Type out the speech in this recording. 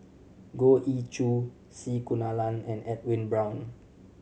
Goh Ee Choo C Kunalan and Edwin Brown